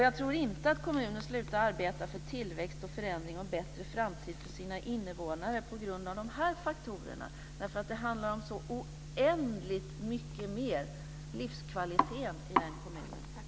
Jag tror inte att kommuner slutar arbeta för tillväxt och förändring och en bättre framtid för sina invånare på grund av dessa faktorer, därför att det handlar om så oändligt mycket mer, nämligen om livskvaliteten i kommunen.